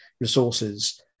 resources